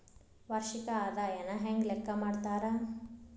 ವಾರ್ಷಿಕ ಆದಾಯನ ಹೆಂಗ ಲೆಕ್ಕಾ ಮಾಡ್ತಾರಾ?